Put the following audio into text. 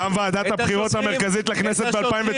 גם ועדת הבחירות המרכזית לכנסת ב-2019